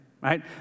right